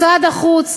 משרד החוץ,